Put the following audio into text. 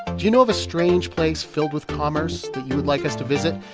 you know of a strange place filled with commerce that you would like us to visit?